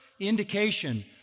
indication